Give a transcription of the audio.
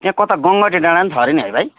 त्यहाँ कता गङ्गटे डाँडा पनि छ अरे नि है भाइ